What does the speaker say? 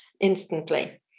instantly